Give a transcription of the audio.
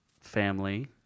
family